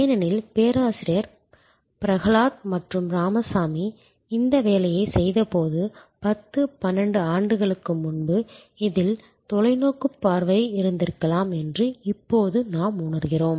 ஏனெனில் பேராசிரியர் பிரஹலாத் மற்றும் ராமசாமி இந்த வேலையைச் செய்தபோது 10 12 ஆண்டுகளுக்கு முன்பு இதில் தொலைநோக்குப் பார்வை இருந்திருக்கலாம் என்று இப்போது நாம் உணர்கிறோம்